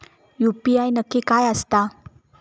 UPI नक्की काय आसता?